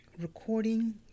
recording